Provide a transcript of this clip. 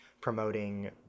promoting